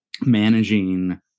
managing